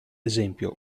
esempio